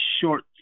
short